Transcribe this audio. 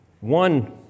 One